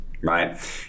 right